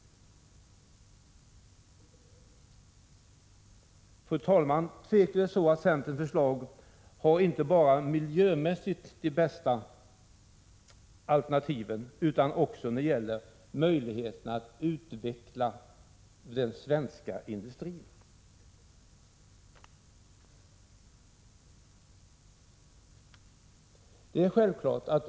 Fru talman! Det är tveklöst så, att centerns förslag innebär de bästa alternativen inte bara miljömässigt utan också när det gäller möjligheterna att utveckla den svenska industrin.